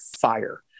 fire